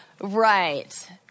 Right